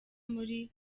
muri